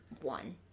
one